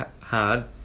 hard